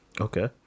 Okay